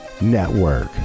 network